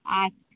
আচ্ছা